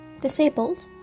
disabled